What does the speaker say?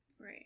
right